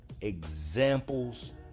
examples